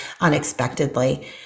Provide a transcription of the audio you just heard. unexpectedly